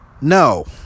No